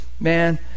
man